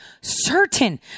certain